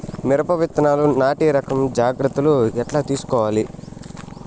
మిరప విత్తనాలు నాటి రకం జాగ్రత్తలు ఎట్లా తీసుకోవాలి?